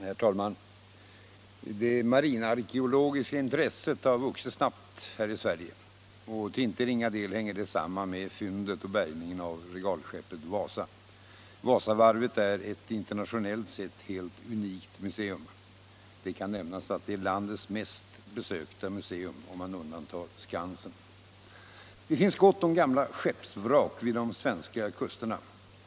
Herr talman! Det marinarkeologiska intresset har vuxit snabbt här i Sverige. Till icke ringa del hänger det samman med fyndet och bärgningen av regalskeppet Wasa. Wasavarvet är ett internationellt sett helt unikt museum. Det kan nämnas att det är landets mest besökta museum om man undantar Skansen. Det finns gott om mycket gamla skeppsvrak runt de svenska kusterna.